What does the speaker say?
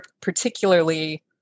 particularly